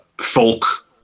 folk